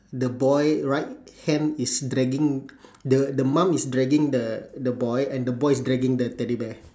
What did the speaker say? the boy right hand is dragging the the mum is dragging the the boy and the boy is dragging the teddy bear